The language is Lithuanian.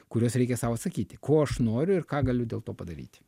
kuriuos reikia sau atsakyti ko aš noriu ir ką galiu dėl to padaryti